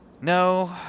No